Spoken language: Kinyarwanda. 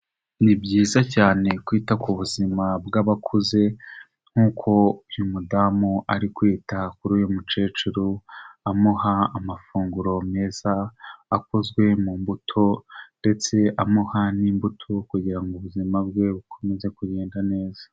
Ni byiza cyane kwita ku buzima bw'abakuze nk'uko uyu mudamu ari kwita kuri uyu mukecuru, amuha amafunguro meza akozwe mu mbuto ndetse amuha n'imbuto kugira ngo ubuzima bwe bukomeze kugenda neza.